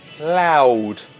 Loud